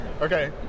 okay